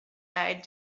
lied